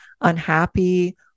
unhappy